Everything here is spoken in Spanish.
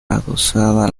adosada